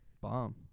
Bomb